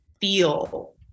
feel